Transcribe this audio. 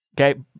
Okay